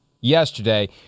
yesterday